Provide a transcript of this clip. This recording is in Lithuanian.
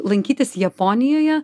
lankytis japonijoje